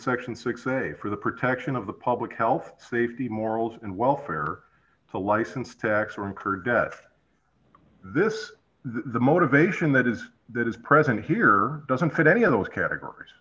section six a for the protection of the public health safety morals and welfare to license tax record death this is the motivation that is that is present here doesn't fit any of those categories